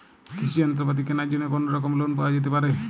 কৃষিযন্ত্রপাতি কেনার জন্য কোনোরকম লোন পাওয়া যেতে পারে?